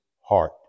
heart